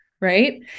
right